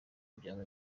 byaba